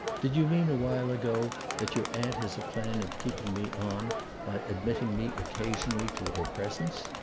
did you mean a while ago that your aunt has a plan of keeping me on by admitting me occasionally to her presence?